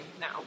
now